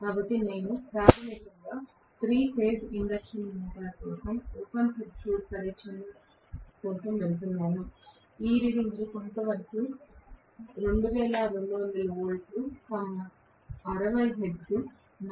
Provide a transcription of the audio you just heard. కాబట్టి నేను ప్రాథమికంగా 3 ఫేజ్ ఇండక్షన్ మోటారు కోసం ఓపెన్ సర్క్యూట్ పరీక్ష కోసం వెళుతున్నాను ఈ రీడింగులు కొంతవరకు 2200 వోల్ట్లు 60 హెర్ట్జ్ 4